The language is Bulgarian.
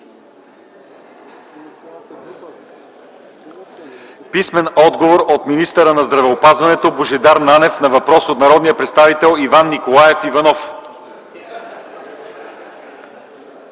писмен отговор от министъра на здравеопазването Божидар Нанев на въпрос от народния представител Иван Николаев Иванов;